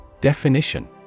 Definition